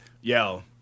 yo